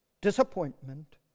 disappointment